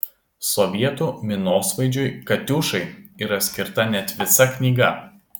sovietų minosvaidžiui katiušai yra skirta net visa knyga